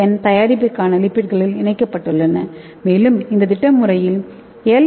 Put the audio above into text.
என் தயாரிப்பிற்கான லிப்பிட்களில் இணைக்கப்பட்டுள்ளன மேலும் இந்த திட்டமுறையில் எல்